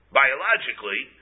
biologically